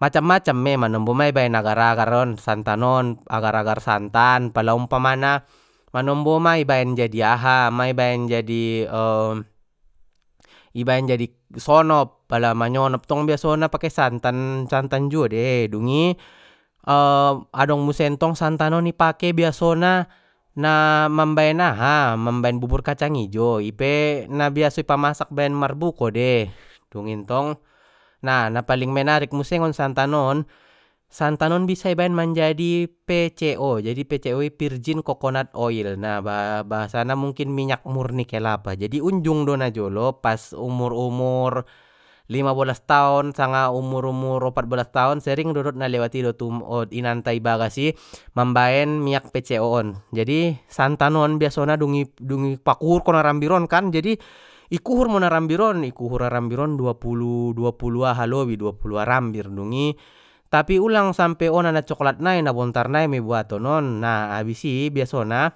Macam macam mei manombo ma i baen agar agar on santan on agar agar santan pala umpamana manombo ma i baen jadi aha ma i baen jadi i baen jadi sonop pala manyonop tong biasona pake santan, santan juo dei dungi adong muse ntong santan on i pake biasona na mambaen aha mambaen bubur kacang ijo ipe na biaso i pamasak baen marbuko dei dungi ntong na na paling menarik museng santan on santan on bisa ibaen jadi vco jadi vco i virgin coconut oil na bahasa na mungkin minyak murni kelapa jadi unjung do na jolo pas umur umur lima bolas taon sanga umur umur opat bolas taon sering do dot na lewat i dot inanta i bagas i mambaen miyak vco on jadi santan on biasona dung i dung i pakuhurkon arambir on kan jadi i kuhur mon arambir on i kuhur arambir on dua pulu dua pulu aha lobi dua pulu arambir dungi tapi ulang sampe ona na coklat nai na bontar nai mia buaton on na habis i biasona